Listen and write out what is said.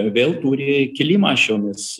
vėl turi kilimą šiomis